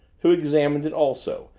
who examined it also,